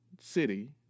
city